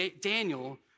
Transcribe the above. Daniel